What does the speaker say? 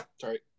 Sorry